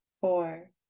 four